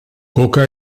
coca